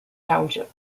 township